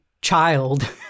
child